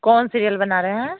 कौन सीरियल बना रहे हैं